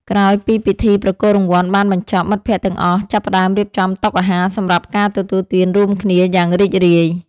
ក្រោយពីពិធីប្រគល់រង្វាន់បានបញ្ចប់ មិត្តភក្តិទាំងអស់ចាប់ផ្ដើមរៀបចំតុអាហារសម្រាប់ការទទួលទានរួមគ្នាយ៉ាងរីករាយ។